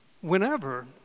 Whenever